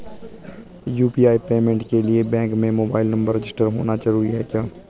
UPI payment के लिए bank में मोबाइल नंबर रजिस्टर्ड होना जरूरी है क्या?